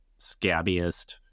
scabbiest